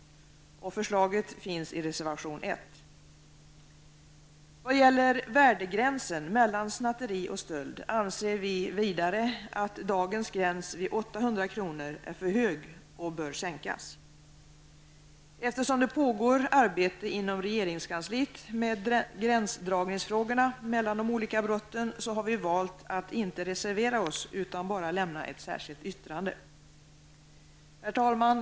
Förslaget finns i reservation 1. Vad gäller värdegränsen mellan snatteri och stöld anser vi vidare att dagens gräns vid 800 kr. är för hög och bör sänkas. Eftersom det pågår arbete inom regeringskansliet med frågor om gränsdragning mellan de olika brotten har vi valt att inte reservera oss utan bara lämna ett särskilt yttrande. Herr talman!